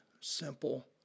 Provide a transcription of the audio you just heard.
simple